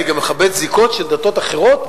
אני גם מכבד זיקות של דתות אחרות,